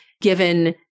given